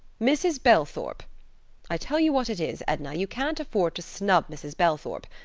mrs. belthrop i tell you what it is, edna you can't afford to snub mrs. belthrop.